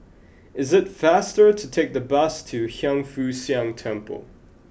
is it faster to take the bus to Hiang Foo Siang Temple